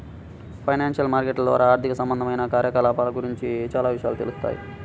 financial మార్కెట్ల ద్వారా ఆర్థిక సంబంధమైన కార్యకలాపాల గురించి చానా విషయాలు తెలుత్తాయి